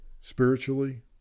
spiritually